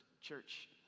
church